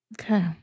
Okay